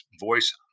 voice